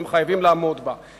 והם חייבים לעמוד בה.